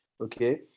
okay